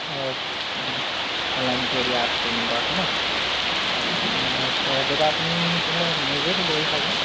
অঁ অনলাইনকে দিয়া পে'মেণ্ট কৰা আছে ন তেতিয়া আচ্ছা দাদা আপুনি তেহেলে নিজেই দিবহি চাগে